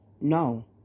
No